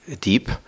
deep